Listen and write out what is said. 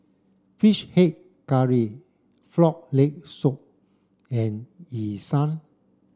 fish head curry frog leg soup and Yu Sheng